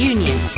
Union